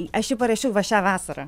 aš jį parašiau va šią vasarą